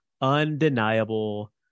undeniable